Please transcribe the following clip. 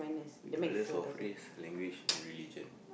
regardless of race language or religion